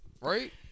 Right